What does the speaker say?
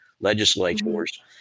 legislators